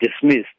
dismissed